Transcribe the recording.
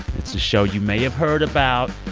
it's a show you may have heard about.